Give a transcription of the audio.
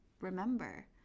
remember